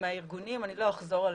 אני לא אחזור עליהם.